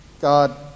God